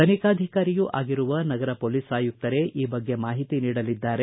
ತನಿಖಾಧಿಕಾರಿಯೂ ಆಗಿರುವ ನಗರ ಮೊಲೀಸ್ ಆಯುಕ್ತರೇ ಈ ಬಗ್ಗೆ ಮಾಹಿತಿ ನೀಡಲಿದ್ದಾರೆ